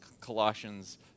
Colossians